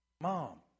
Mom